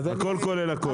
הכול כולל הכול.